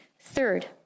Third